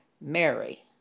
Mary